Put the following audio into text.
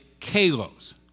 kalos